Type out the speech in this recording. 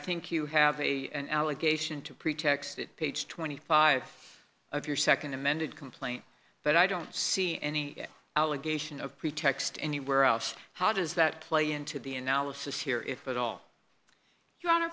think you have a an allegation to pretext that page twenty five of your nd amended complaint but i don't see any allegation of pretext anywhere else how does that play into the analysis here if at all you